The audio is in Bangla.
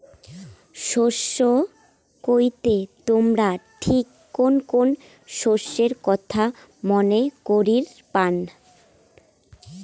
শস্য কইতে তোমরা ঠিক কুন কুন শস্যের কথা মনে করির পান?